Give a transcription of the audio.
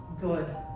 good